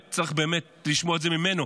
צריך באמת לשמוע את זה ממנו?